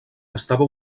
estava